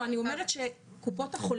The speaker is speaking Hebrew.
אם תחת חוק חינוך חובה היו מקבלים את מה